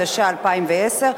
התשע"א 2011,